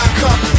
come